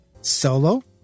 solo